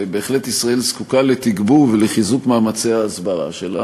הרי בהחלט ישראל זקוקה לתגבור ולחיזוק מאמצי ההסברה שלה.